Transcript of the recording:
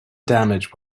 damage